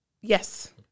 yes